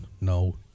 No